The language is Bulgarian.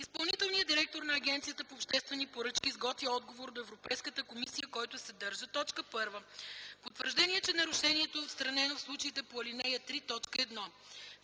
Изпълнителният директор на Агенцията по обществени поръчки изготвя отговор до Европейската комисия, който съдържа: 1. потвърждение, че нарушението е отстранено – в случаите по ал. 3,